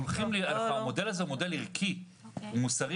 המודל הזה הוא מודל מוסרי-ערכי שבא